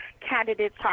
candidates